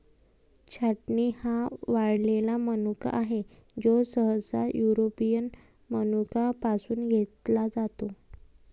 छाटणी हा वाळलेला मनुका आहे, जो सहसा युरोपियन मनुका पासून घेतला जातो